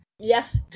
Yes